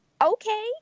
Okay